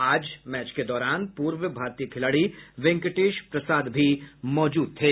आज मैच के दौरान पूर्व भारतीय खिलाड़ी वैकटेश प्रसाद भी मौजूद थे